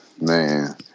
Man